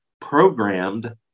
programmed